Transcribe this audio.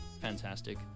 Fantastic